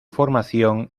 formación